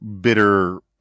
bitter